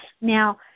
Now